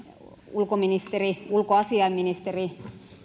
ulkoministeri ulkoasiainministeri